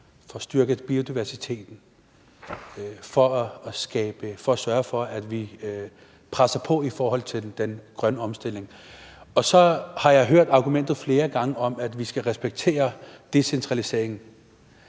for at styrke biodiversiteten, for at sørge for, at vi presser på i forhold til den grønne omstilling. Så har jeg flere gange hørt argumentet om, at vi skal respektere decentraliseringen,